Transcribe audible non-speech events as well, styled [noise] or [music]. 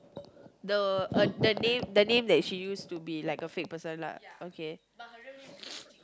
the the name the name that she used to be like a fake person lah okay [noise]